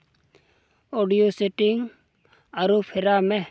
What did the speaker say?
audio setting ᱟᱹᱨᱩ ᱯᱷᱮᱨᱟᱣ ᱢᱮ